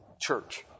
church